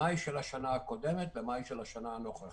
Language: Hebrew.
ממאי של השנה הקודמת למאי של השנה הנוכחית,